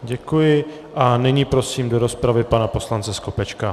Děkuji a nyní prosím do rozpravy pana poslance Skopečka.